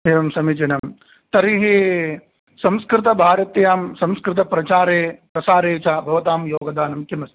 एवं समीचीनम् तर्हि संस्कृतभारत्यां संस्कृतप्रचारे प्रसारे च भवतां योगदानं किमस्ति